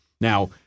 Now